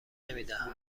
نمیدهند